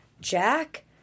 Jack